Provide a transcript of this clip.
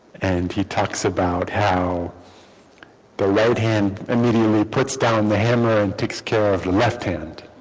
and he talks about how the right hand immediately puts down the hammer and takes care of the left hand